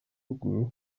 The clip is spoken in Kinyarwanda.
ruguru